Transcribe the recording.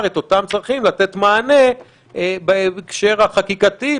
לתת מענה לאותם צרכים בהקשר החקיקתי,